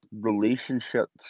relationships